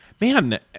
Man